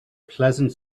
pleasant